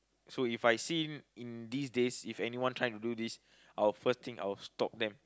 so If I see in these days if anyone try and do this I will first thing I will stop them